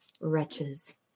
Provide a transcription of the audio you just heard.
wretches